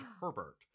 Herbert